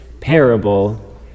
parable